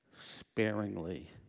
sparingly